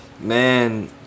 Man